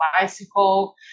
bicycle